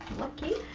lucky